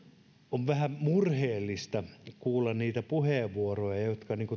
on vähän murheellista kuulla niitä puheenvuoroja jotka